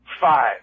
Five